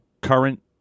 current